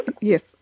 yes